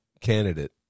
candidate